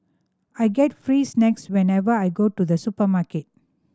I get free snacks whenever I go to the supermarket